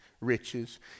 Riches